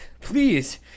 Please